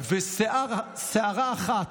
ושערה אחת,